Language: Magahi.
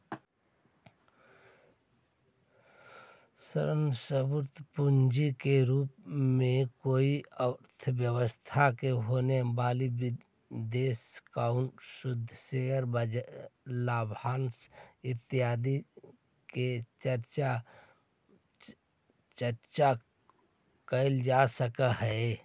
ऋण स्वरूप पूंजी के रूप में कोई अर्थव्यवस्था में होवे वाला निवेश आउ शुद्ध शेयर लाभांश इत्यादि के चर्चा कैल जा सकऽ हई